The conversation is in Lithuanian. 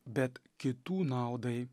bet kitų naudai